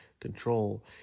control